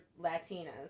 Latinas